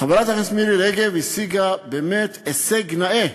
חברת הכנסת מירי רגב השיגה באמת הישג נאה,